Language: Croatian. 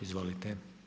Izvolite.